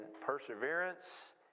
perseverance